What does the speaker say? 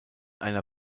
einer